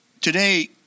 today